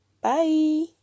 Bye